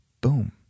boom